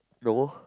no